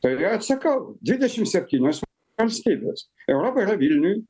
tai ir atsakau dvidešim septynios valstybės europa yra vilniuj